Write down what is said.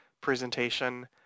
presentation